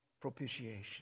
propitiation